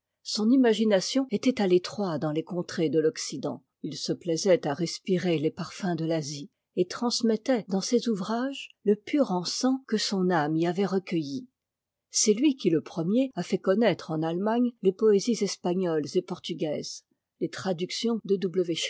son imagination était à l'étroit dans les contrées de l'occident il se plaisait à respirer les parfums de l'asie et transmettait dans ses ouvrages le pur encens que son âme y avait recueilli c'est lui qui le premier a fait connaître en allemagne les poésies espagnoles et portugaises les traductions